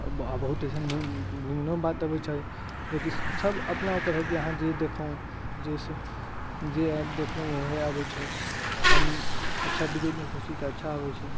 आ बहुत एसन नीमनो बात अबै छै जेकि सब अपना ऊपर है की यहाँ जे देखू जे जे देखलहुॅं ओहे आबै छै हम अच्छा वीडियो देखै छी तऽ अच्छा आबै छै